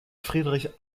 friedrich